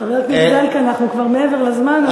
חבר הכנסת זחאלקה, אנחנו כבר מעבר לזמן.